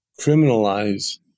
criminalize